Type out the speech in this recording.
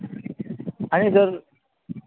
हायेन सर